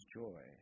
joy